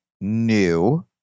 new